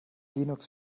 linux